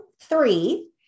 three